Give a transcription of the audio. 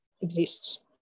exists